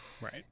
right